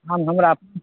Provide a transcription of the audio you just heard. आम हमरा अपने हए